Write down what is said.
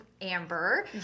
Amber